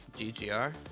GGR